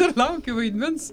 dar laukiu vaidmens